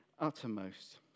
uttermost